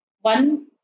one